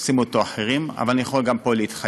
עושים אותו אחרים, אבל אני יכול גם פה להתחייב,